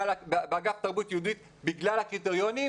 באגף תרבות יהודית בגלל הקריטריונים,